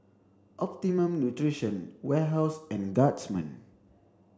Optimum Nutrition Warehouse and Guardsman